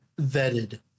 vetted